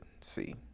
see